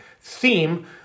theme